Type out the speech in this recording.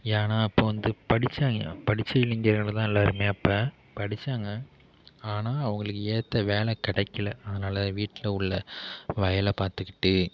ஏன்னால் அப்போது வந்து படிச்சாங்க படிச்சவங்க தான் எல்லோருமே அப்போ படித்தாங்க ஆனால் அவங்களுக்கு ஏற்ற வேலை கிடைக்கில அதனால் வீட்டில் உள்ள வயலை பார்த்துக்கிட்டு